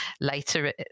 Later